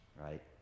right